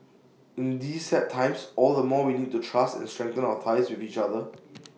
in these sad times all the more we need to trust and strengthen our ties with each other